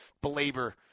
belabor